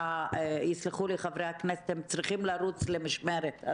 יסלחו לי חברי הכנסת, הם צריכים לרוץ למשמרת.